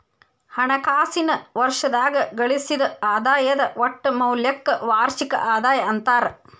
ಹಣಕಾಸಿನ್ ವರ್ಷದಾಗ ಗಳಿಸಿದ್ ಆದಾಯದ್ ಒಟ್ಟ ಮೌಲ್ಯಕ್ಕ ವಾರ್ಷಿಕ ಆದಾಯ ಅಂತಾರ